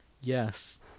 Yes